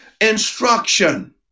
instruction